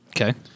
Okay